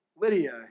Lydia